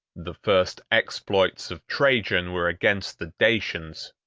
the first exploits of trajan were against the dacians,